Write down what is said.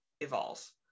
evolve